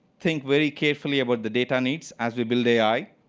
think very carefully about the data needs, as we build ai.